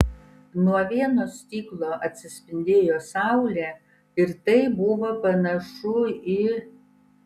nuo vieno stiklo atsispindėjo saulė ir tai buvo panašu į